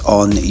on